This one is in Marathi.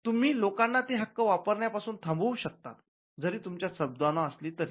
तुम्ही लोकांना ते हक्क वापरण्या पासून थांबवू शकतात जरी तुमच्यात सद्भावना असली तरी